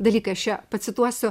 dalykai aš čia pacituosiu